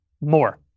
more